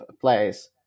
place